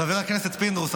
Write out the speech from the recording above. חבר הכנסת פינדרוס,